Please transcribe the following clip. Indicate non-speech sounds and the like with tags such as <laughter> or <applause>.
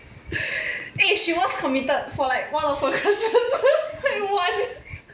<breath> eh she was committed for like one of her crushes <laughs> like one